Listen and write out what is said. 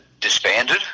disbanded